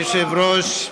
אדוני היושב-ראש,